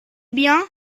bien